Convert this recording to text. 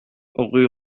rue